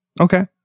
Okay